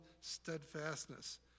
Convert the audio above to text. steadfastness